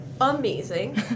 amazing